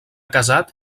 casat